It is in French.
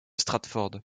stratford